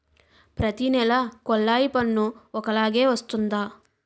ప్రతి నెల కొల్లాయి పన్ను ఒకలాగే వస్తుందా?